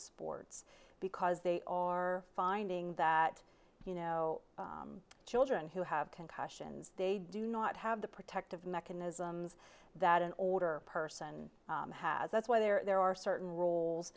sports because they are finding that you know children who have concussions they do not have the protective mechanisms that an older person has that's why there are certain roles